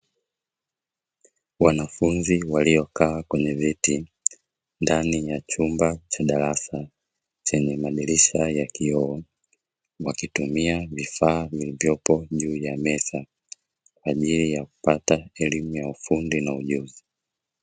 Wanafunzi waliokaa kwenye viti ndani ya chumba cha darasa chenye madirisha ya kioo wakitumia vifaa vilivyopo juu ya meza kwa ajili ya kupata elimu ya ufundi na ujuzi.